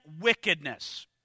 wickedness